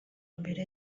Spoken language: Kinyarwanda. mbere